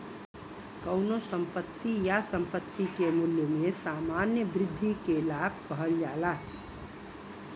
कउनो संपत्ति या संपत्ति के मूल्य में सामान्य वृद्धि के लाभ कहल जाला